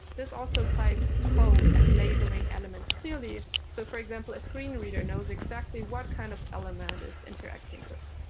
this also applies to code and labeling elements clearly. so for example, a screen reader knows exactly what kind of element it is interacting with.